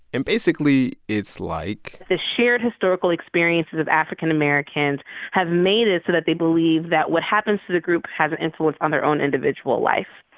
and basically, it's like. the shared historical experiences of african americans have made it so that they believe that what happens to the group has an influence on their own individual life.